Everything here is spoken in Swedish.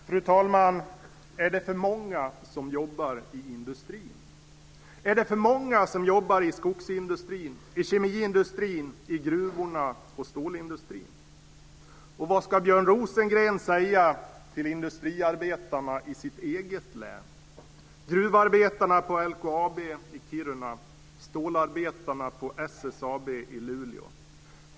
Fru talman! Är det för många som jobbar i industrin? Är det för många som jobbar i skogsindustrin, i kemiindustrin, i gruvorna och i stålindustrin? Vad ska Björn Rosengren säga till industriarbetarna i sitt eget län - gruvarbetarna på LKAB i Kiruna och stålarbetarna på SSAB i Luleå?